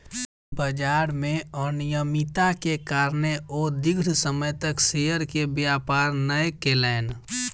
बजार में अनियमित्ता के कारणें ओ दीर्घ समय तक शेयर के व्यापार नै केलैन